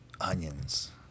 Onions